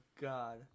God